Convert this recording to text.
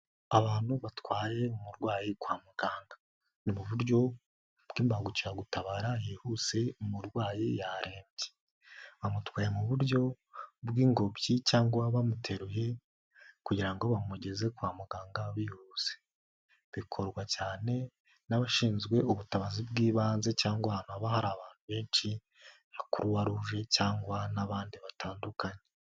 Abantu batwaye umurwayi kwa muganga, ni mu buryo bw'imbangukiragutabara yihuse umurwayi yarembye. Bamutwaye mu buryo bw'ingobyi cyangwa bamuteruye kugira ngo bamugeze kwa muganga byihuse. Bikorwa cyane n'abashinzwe ubutabazi bw'ibanze cyangwa hakaba hari abantu benshi ba croix rouge cyangwa n'abandi batandukanye.